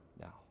now